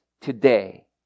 today